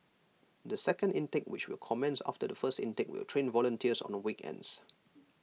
the second intake which will commence after the first intake will train volunteers on weekends